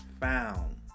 found